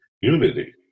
unity